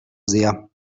sehr